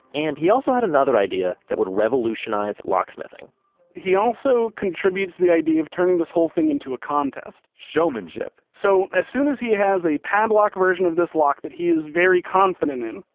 and he also had another idea that would revolutionize locksmithing he also contributes the idea of turning this whole thing into a contest showmanship so as soon as he has a padlock version of this lock that he is very confident in,